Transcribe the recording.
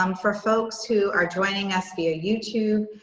um for folks who are joining us via youtube,